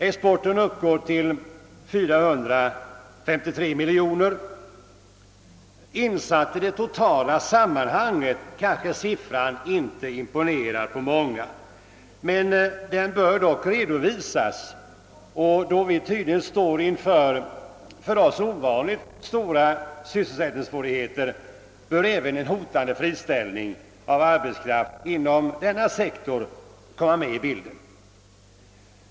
Exporten uppgår till 453 miljonor kronor. Insatt i det totala sammanhanget imponerar siffran kanske inte på så många, men den bör dock redovisas. Då vi tydligen står inför för oss ovanligt stora sysselsättningssvårigheter, bör även en hotande friställning av arbetskraft inom denna sektor komma med i bilden.